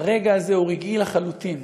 הרגע הזה הוא רגעי לחלוטין,